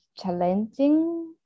challenging